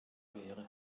wäre